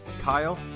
Kyle